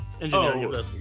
engineering